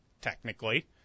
technically